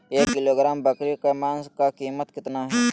एक किलोग्राम बकरी के मांस का कीमत कितना है?